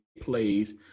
plays